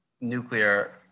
nuclear